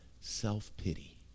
self-pity